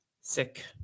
Sick